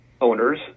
owners